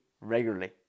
regularly